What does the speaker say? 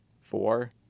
four